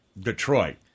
Detroit